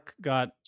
got